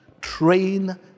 Train